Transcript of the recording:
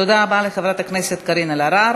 תודה רבה לחברת הכנסת קארין אלהרר.